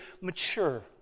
mature